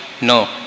no